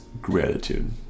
gratitude